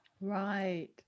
Right